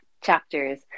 chapters